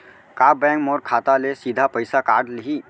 का बैंक मोर खाता ले सीधा पइसा काट लिही?